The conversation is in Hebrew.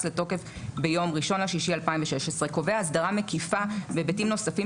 לתוקף ביום 1.6.2016 קובע הסדרה מקיפה והיבטים נוספים